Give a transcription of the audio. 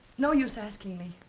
no use asking me.